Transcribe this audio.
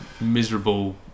miserable